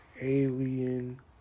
alien